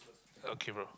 okay bro